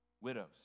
widows